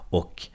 och